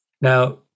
Now